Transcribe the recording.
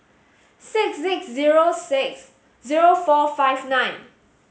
six six zero six zero four five nine